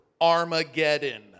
Armageddon